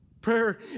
Prayer